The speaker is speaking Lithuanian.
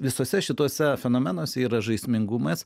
visose šitose fenomenuose yra žaismingumas